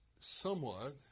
somewhat